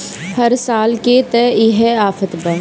हर साल के त इहे आफत बा